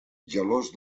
gelós